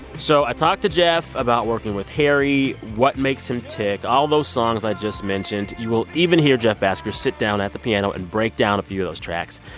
so i talked to jeff about working with harry, what makes him tick, all those songs i just mentioned. you will even hear jeff bhasker sit down at the piano and break down a few of those tracks.